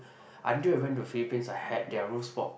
until you went to Philippines for had their roast pork